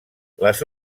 les